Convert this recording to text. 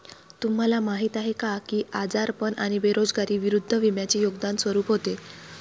तुम्हाला माहीत आहे का की आजारपण आणि बेरोजगारी विरुद्ध विम्याचे योगदान स्वरूप होते?